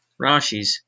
Rashis